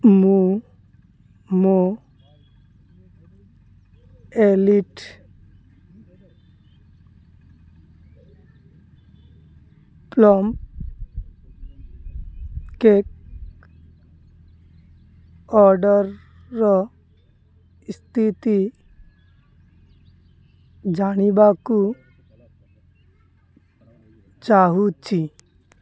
ମୁଁ ମୋ elite plum cake ଅର୍ଡ଼ର୍ର ସ୍ଥିତି ଜାଣିବାକୁ ଚାହୁଁଛି